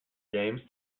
games